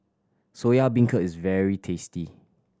Soya Beancurd is very tasty